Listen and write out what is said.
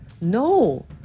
No